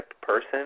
person